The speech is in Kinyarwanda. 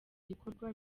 gikorwa